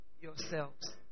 yourselves